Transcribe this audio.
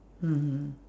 mmhmm